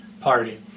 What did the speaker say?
party